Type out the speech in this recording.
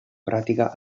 pratica